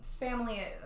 family